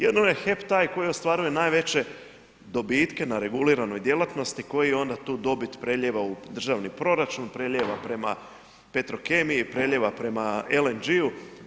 Jedino je HEP taj koji ostvaruje najveće dobitke na reguliranoj djelatnosti koji onda tu dobit prelijeva u državni proračun, prelijeva prema Petrokemiji, prelijeva prema LNG-u.